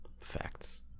Facts